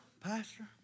pastor